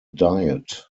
diet